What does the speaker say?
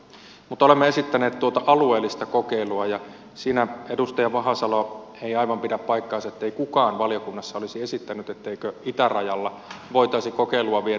mutta olemme esittäneet tuota alueellista kokeilua ja siinä edustaja vahasalo ei aivan pidä paikkaansa ettei kukaan valiokunnassa olisi esittänyt etteikö itärajalla voitaisi kokeilua viedä eteenpäin